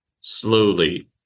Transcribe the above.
Slowly